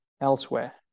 elsewhere